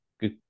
Good